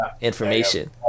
information